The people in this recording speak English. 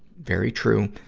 very true.